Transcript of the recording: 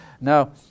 Now